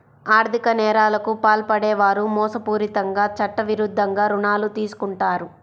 ఆర్ధిక నేరాలకు పాల్పడే వారు మోసపూరితంగా చట్టవిరుద్ధంగా రుణాలు తీసుకుంటారు